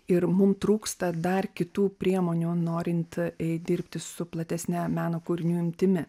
ir mum trūksta dar kitų priemonių norint eit dirbti su platesne meno kūrinių imtimi